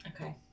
Okay